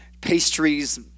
pastries